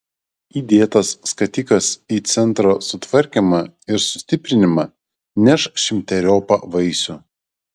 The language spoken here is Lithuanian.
įdėtas skatikas į centro sutvarkymą ir sustiprinimą neš šimteriopą vaisių